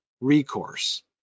recourse